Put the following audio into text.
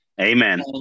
Amen